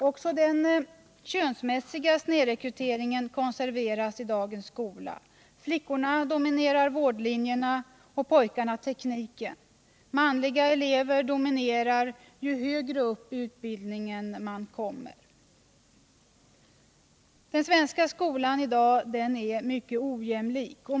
Också den könsmässiga snedrekryteringen konserveras i dagens skola. Flickorna dominerar vårdlinjerna, pojkarna de tekniska linjerna. Manliga elever dominerar, ju ”högre upp” i utbildningen man kommer. Den svenska skolan är i dag mycket ojämlik.